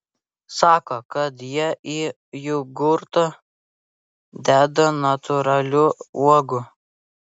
sako kad jie į jogurtą deda natūralių uogų